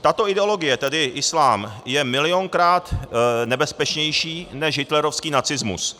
Tato ideologie, tedy islám, je milionkrát nebezpečnější než hitlerovský nacismus.